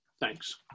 Thanks